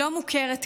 לא מוכרת כאלמנה.